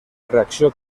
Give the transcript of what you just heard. reacció